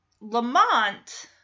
Lamont